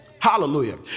hallelujah